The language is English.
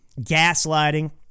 gaslighting